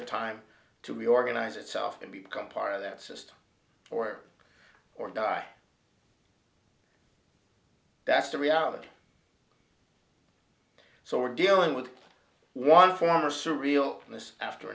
of time to reorganize itself and become part of that system or or die that's the reality so we're dealing with one form or surreal in this after